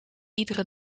iedere